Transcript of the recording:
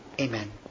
Amen